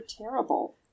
terrible